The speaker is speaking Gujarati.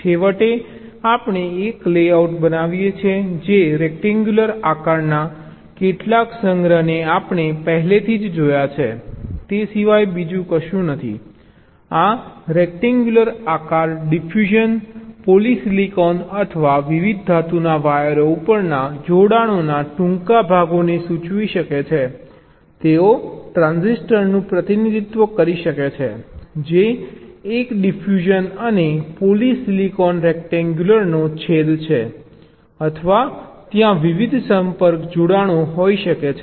છેવટે આપણે એક લેઆઉટ બનાવીએ છીએ જે રેક્ટેન્ગ્યુલર આકારના કેટલાક સંગ્રહને આપણે પહેલેથી જ જોયો છે તે સિવાય બીજું કશું નથી આ રેક્ટેન્ગ્યુલર આકાર ડિફ્યુઝન પોલિસિલિકોન અથવા વિવિધ ધાતુના વાયરો ઉપરના જોડાણોના ટૂંકા ભાગોને સૂચવી શકે છે તેઓ ટ્રાન્સિસ્ટર્સ નું પ્રતિનિધિત્વ કરી શકે છે જે એક ડિફ્યુઝન અને પોલિસિલિકોન રેક્ટેન્ગ્યુલનો છેદ છે અથવા ત્યાં વિવિધ સંપર્ક જોડાણો હોઈ શકે છે